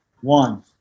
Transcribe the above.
one